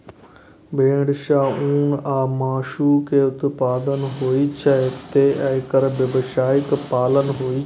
भेड़ सं ऊन आ मासु के उत्पादन होइ छैं, तें एकर व्यावसायिक पालन होइ छै